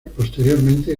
posteriormente